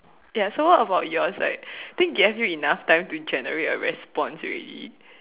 ya so what about yours right think I gave you enough time to generate a response already